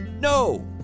no